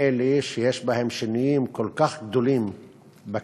שיש בהם שינויים כל כך גדולים בכלכלה,